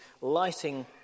lighting